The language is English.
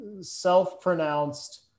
self-pronounced